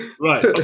Right